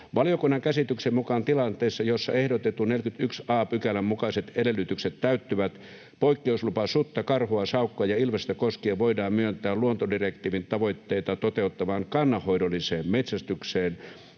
”Valiokunnan käsityksen mukaan tilanteessa, jossa ehdotetun 41 a §:n mukaiset edellytykset täyttyvät, poikkeuslupa sutta, karhua, saukkoa ja ilvestä koskien voidaan myöntää luontodirektiivin tavoitteita toteuttavaan kannanhoidolliseen metsästykseen